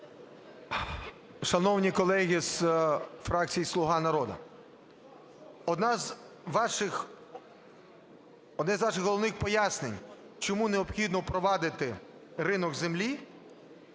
Шановні колеги з фракції "Слуга народу", одне з ваших головних пояснень, чому необхідно впровадити ринок землі,